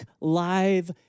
live